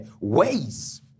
ways